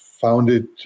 founded